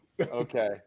Okay